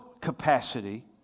capacity